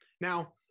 Now